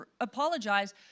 apologize